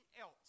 else